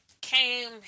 came